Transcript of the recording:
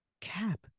Cap